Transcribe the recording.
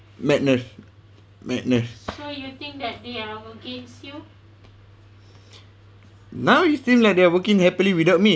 madness madness now it seem like they are working happily without me